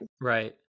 Right